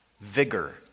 vigor